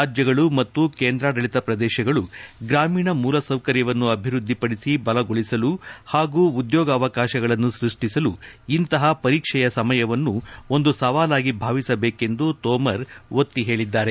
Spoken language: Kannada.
ರಾಜ್ಲಗಳು ಮತ್ತು ಕೇಂದ್ರಾಡಳಿತ ಪ್ರದೇಶಗಳು ಗ್ರಾಮೀಣ ಮೂಲ ಸೌಕರ್ಯವನ್ನು ಅಭಿವೃದ್ದಿ ಪಡಿಸಿ ಬಲಗೊಳಿಸಲು ಹಾಗೂ ಉದ್ಯೋಗವಕಾಶಗಳನ್ನು ಸೃಷ್ಟಿಸಲು ಇಂತಹ ಪರೀಕ್ಷೆಯ ಸಮಯವನ್ನು ಒಂದು ಸವಾಲಾಗಿ ಭಾವಿಸಬೇಕೆಂದು ತೋಮರ್ ಒತ್ತಿಹೇಳಿದ್ದಾರೆ